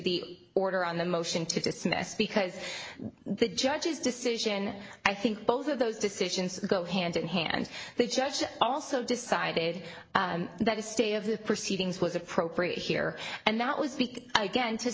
the order on the motion to dismiss because the judge's decision i think both of those decisions go hand in hand the judge also decided that a stay of the proceedings was appropriate here and that was be again to